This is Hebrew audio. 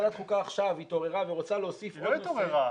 ועדת חוקה עכשיו התעוררה ורוצה להוסיף עוד נושא --- היא לא התעוררה.